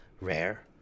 rare